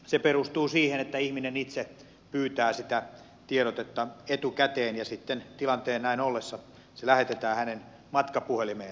se perustuu siihen että ihminen itse pyytää sitä tiedotetta etukäteen ja sitten tilanteen näin ollessa se lähetetään hänen matkapuhelimeensa